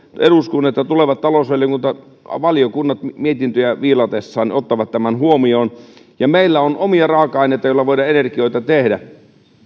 eduskunnat ja tulevat valiokunnat mietintöjä viilatessaan ottavat tämän huomioon meillä on omia raaka aineita joilla voidaan energioita tehdä